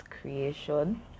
creation